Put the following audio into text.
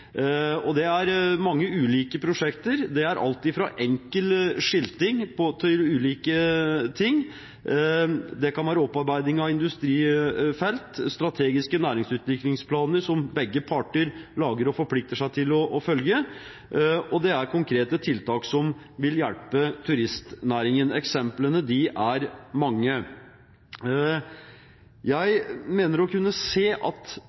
og det er mange ulike prosjekter. Det kan være enkel skilting til ulike ting, det kan være opparbeiding av industrifelt, strategiske næringsutviklingsplaner som begge parter lager og forplikter seg til å følge, og det kan være konkrete tiltak som vil hjelpe turistnæringen. Eksemplene er mange. Jeg mener å kunne se at